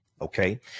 okay